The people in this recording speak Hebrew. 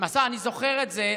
אני זוכר את זה.